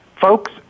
folks